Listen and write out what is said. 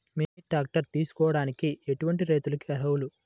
Mini tractor తీసుకోవడానికి ఎటువంటి రైతులకి అర్హులు?